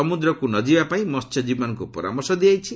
ସମୁଦ୍ରକୁ ନ ଯିବା ପାଇଁ ମହ୍ୟଜୀବୀମାନଙ୍କୁ ପରାମର୍ଶ ଦିଆଯାଇଛି